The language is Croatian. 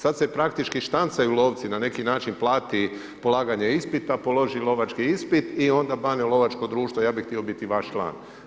Sad se praktički štancaju lovci, na neki način plati polaganje ispita, položi lovački ispit i onda bane u lovačko društvo, ja bih htio biti vaš član.